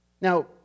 Now